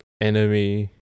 enemy